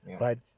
Right